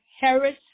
Harris